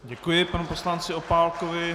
Děkuji panu poslanci Opálkovi.